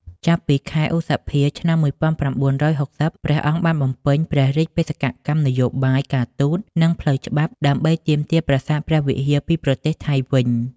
ចាប់ពីខែឧសភា ឆ្នាំ១៩៦០ ព្រះអង្គបានបំពេញព្រះរាជបេសកកម្មនយោបាយការទូត និងផ្លូវច្បាប់ ដើម្បីទាមទារប្រាសាទព្រះវិហារពីប្រទេសថៃវិញ។